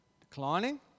declining